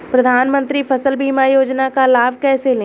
प्रधानमंत्री फसल बीमा योजना का लाभ कैसे लें?